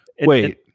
Wait